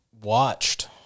watched